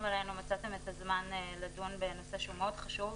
עלינו מצאתם את הזמן לדון בנושא שהוא מאוד חשוב,